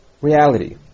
reality